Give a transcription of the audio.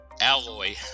Alloy